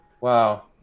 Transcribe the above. Wow